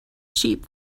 sheep